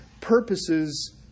purposes